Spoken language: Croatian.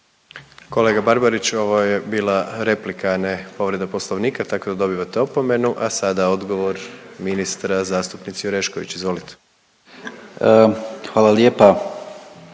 Kolega Barbarić ovo je bila replika, a ne povreda Poslovnika, tako da dobivate opomenu, a sada odgovor ministra zastupnici Orešković. Izvolite **Grlić